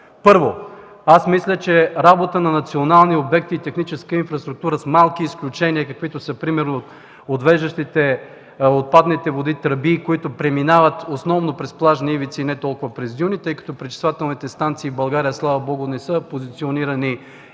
Първо, аз мисля, че работа на национални обекти и техническа инфраструктура с малки изключения, каквито са примерно отвеждащите отпадните води тръби, които преминават основно през плажни ивици и не толкова през дюни, тъй като пречиствателните станции в България, слава Богу, не са позиционирани и